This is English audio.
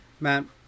Man